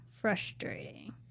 frustrating